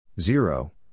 zero